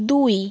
দুই